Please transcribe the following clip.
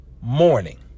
morning